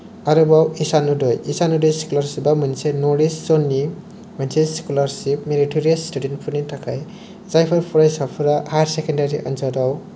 आरोबाव ईशान उदय ईशान उदय स्कलारशिपा मोनसे नर्थ इस्ट जननि मोनसे स्कलारशिप मेरिटरियास स्टुडेन्टफोरनि थाखाय जायफोर फरायसाफोरा हायार सेकेण्डारि आनजादाव